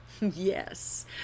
Yes